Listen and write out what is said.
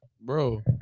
Bro